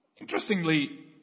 Interestingly